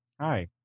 hi